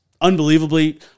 Unbelievably